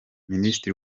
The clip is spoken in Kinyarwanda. minisitiri